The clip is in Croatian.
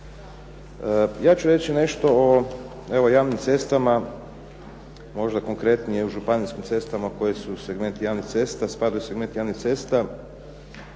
Ja ću reći nešto o javnim cestama, možda konkretnije o županijskim cestama koje su segment javnih cesta, spadaju u segment javnih cesta.